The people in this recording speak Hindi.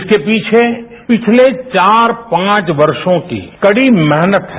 इसके पीछे पिछले चार पांच वर्षो की कड़ी मेहनत है